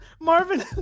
Marvin